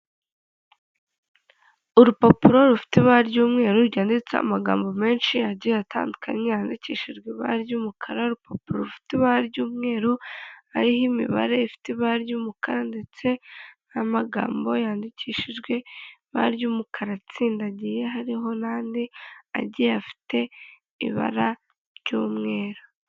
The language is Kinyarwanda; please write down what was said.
Urupapuro rufite ibara ry'umweru ryanditseho amagambo menshi agiye atandukanye yandikishijwe ibara ry'umukara, urupapuro rufite ibara ry'umweru hariho imibare ifite ibara ry'umukara ndetse n'amagambo yandikishijwe ibara ry'umukara atsindagiye hariho n'andi agiye afite ibara ry'umweru.